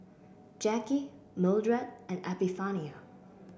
Jacky Mildred and Epifanio